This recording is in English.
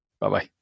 bye-bye